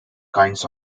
kinds